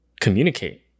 communicate